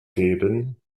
geben